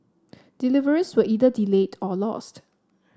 deliveries were either delayed or lost